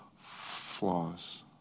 flaws